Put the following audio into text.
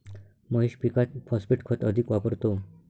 महेश पीकात फॉस्फेट खत अधिक वापरतो